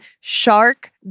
shark